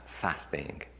fasting